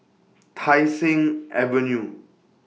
Tai Seng Avenue